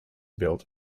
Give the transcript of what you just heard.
built